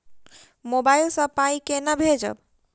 Mobile सँ पाई केना भेजब?